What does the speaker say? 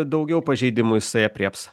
daugiau pažeidimų jisai aprėps